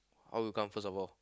how you come first of all